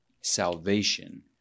salvation